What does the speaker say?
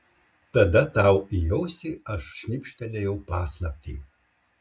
tada tau į ausį aš šnibžtelėjau paslaptį